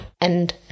and-